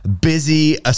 busy